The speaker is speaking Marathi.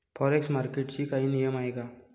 फॉरेक्स मार्केटचे काही नियम आहेत का?